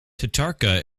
tatarka